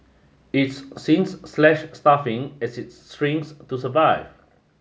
it's since slashed staffing as it shrinks to survive